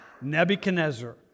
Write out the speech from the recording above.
Nebuchadnezzar